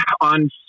on